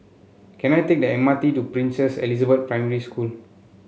can I take the M R T to Princess Elizabeth Primary School